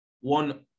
one